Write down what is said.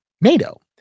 NATO